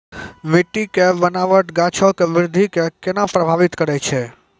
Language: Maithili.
मट्टी के बनावट गाछो के वृद्धि के केना प्रभावित करै छै?